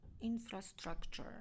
infrastructure